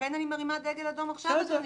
נכון, לכן אני מרימה דגל אדום עכשיו, אדוני.